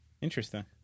Interesting